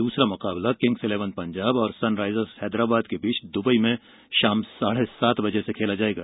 दूसरा मुकाबला Kings Eleven Punjab और सन राईजर्स हैदराबाद के बीच दुबई में शाम साढ़े सात बजे से होगा